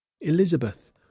Elizabeth